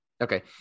Okay